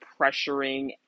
pressuring